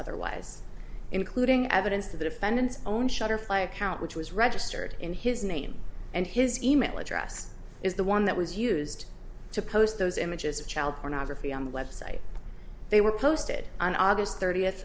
otherwise including evidence to the defendant's own shutterfly account which was registered in his name and his e mail address is the one that was used to post those images of child pornography on the website they were posted on august thirtieth